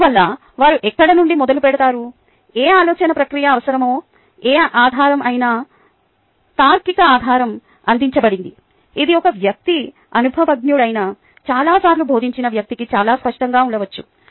అందువల్ల వారు ఎక్కడ నుండి మొదలుపెడతారు ఏ ఆలోచన ప్రక్రియ అవసరమో ఏ ఆధారం అయినా తార్కిక ఆధారం అందించబడింది ఇది ఒక వ్యక్తి అనుభవజ్ఞుడైన చాలా సార్లు బోధించిన వ్యక్తికి చాలా స్పష్టంగా ఉండవచ్చు